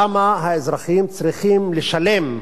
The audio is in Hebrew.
למה האזרחים צריכים לשלם,